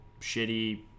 shitty